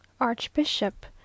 Archbishop